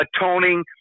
atoning